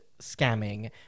scamming